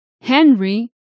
Henry